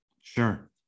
Sure